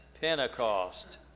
Pentecost